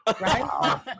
right